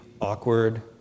awkward